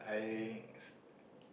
I